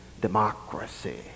democracy